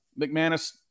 McManus